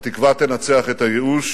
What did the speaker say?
התקווה תנצח את הייאוש